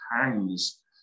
hangs